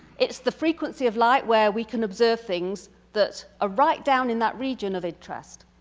it's the frequency of light where we can observe things that are right down in that region of interest.